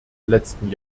letzten